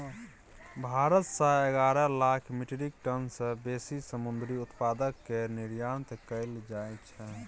भारत सँ एगारह lakh metric tonne सँ बेसी समुंदरी उत्पाद केर निर्यात कएल जाइ छै